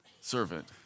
servant